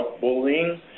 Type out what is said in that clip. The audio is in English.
bullying